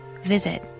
visit